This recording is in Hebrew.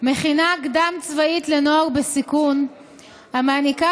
מכינה קדם-צבאית לנוער בסיכון המעניקה